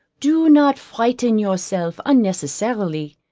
do not frighten yourself unnecessarily.